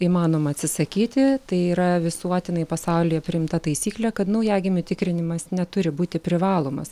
įmanoma atsisakyti tai yra visuotinai pasaulyje priimta taisyklė kad naujagimių tikrinimas neturi būti privalomas